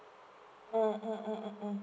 mm mm mm mm